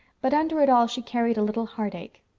but under it all she carried a little heartache.